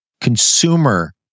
consumer